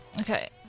Okay